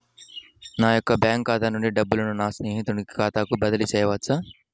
నా యొక్క బ్యాంకు ఖాతా నుండి డబ్బులను నా స్నేహితుని ఖాతాకు బదిలీ చేయవచ్చా?